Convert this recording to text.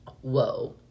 whoa